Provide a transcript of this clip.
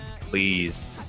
please